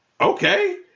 okay